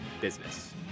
business